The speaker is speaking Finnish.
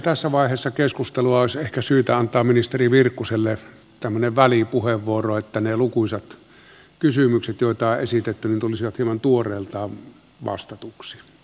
tässä vaiheessa keskustelua olisi ehkä syytä antaa ministeri virkkuselle tämmöinen välipuheenvuoro että ne lukuisat kysymykset joita on esitetty tulisivat hieman tuoreeltaan vastatuiksi